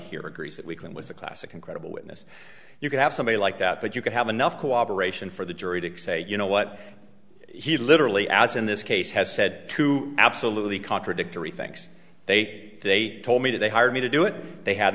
here agrees that we can it was a classic and credible witness you could have somebody like that but you could have enough cooperation for the jury to say you know what he literally as in this case has said two absolutely contradictory things they they told me that they hired me to do it they had